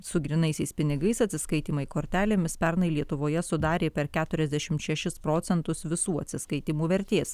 su grynaisiais pinigais atsiskaitymai kortelėmis pernai lietuvoje sudarė per keturiasdešimt šešis procentus visų atsiskaitymų vertės